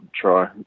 try